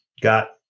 got